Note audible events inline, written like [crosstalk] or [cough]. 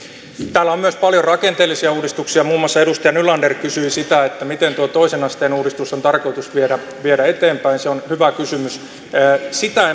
täällä on myös paljon rakenteellisia uudistuksia muun muassa edustaja nylander kysyi sitä miten tuo toisen asteen uudistus on tarkoitus viedä eteenpäin se on hyvä kysymys sitä [unintelligible]